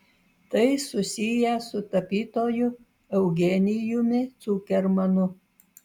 tai susiję su tapytoju eugenijumi cukermanu